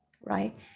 right